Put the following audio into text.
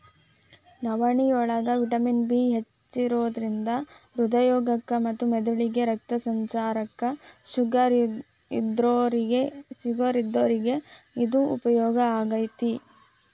ನವನಿಯೋಳಗ vitamin B ಹೆಚ್ಚಿರೋದ್ರಿಂದ ಹೃದ್ರೋಗ ಮತ್ತ ಮೆದಳಿಗೆ ರಕ್ತ ಸಂಚಾರಕ್ಕ, ಶುಗರ್ ಇದ್ದೋರಿಗೆ ಇದು ಉಪಯೋಗ ಆಕ್ಕೆತಿ